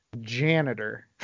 Janitor